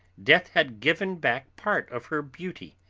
death had given back part of her beauty,